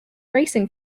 racing